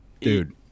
Dude